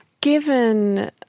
Given